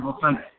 Sunday